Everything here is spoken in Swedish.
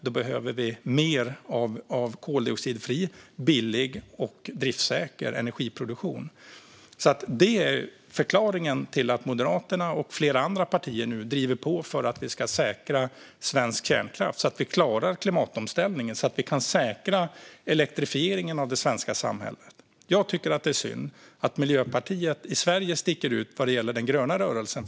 Då behöver vi mer koldioxidfri, billig och driftsäker energiproduktion. Det är förklaringen till att Moderaterna och flera andra partier nu driver på för att säkra svensk kärnkraft, så att vi klarar klimatomställningen och kan säkra elektrifieringen av det svenska samhället. Det är synd att Miljöpartiet i Sverige sticker ut vad gäller den gröna rörelsen.